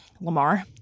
Lamar